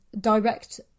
direct